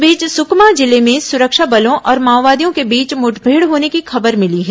इस बीच सुकमा जिले में सुरक्षा बलों और माओवादियों के बीच मुठभेड़ होने की खबर मिली है